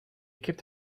kept